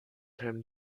him